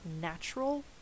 natural